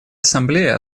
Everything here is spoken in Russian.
ассамблее